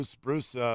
Bruce